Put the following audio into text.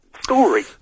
story